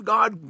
God